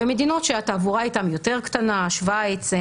ומדינות שהתעבורה איתם יותר קטנה: שוויץ,